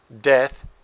death